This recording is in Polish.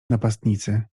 napastnicy